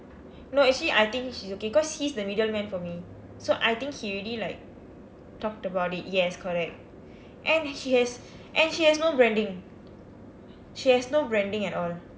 no actually I think she's okay cause he's the middle man for me so I think he really like talked about it yes correct and he has and she has no branding she has no branding at all